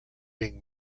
being